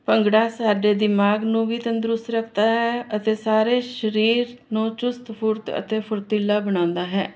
ਭੰਗੜਾ ਸਾਡੇ ਦਿਮਾਗ ਨੂੰ ਵੀ ਤੰਦਰੁਸਤ ਰੱਖਦਾ ਹੈ ਅਤੇ ਸਾਰੇ ਸਰੀਰ ਨੂੰ ਚੁਸਤ ਫੁਰਤ ਅਤੇ ਫੁਰਤੀਲਾ ਬਣਾਉਂਦਾ ਹੈ